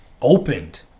opened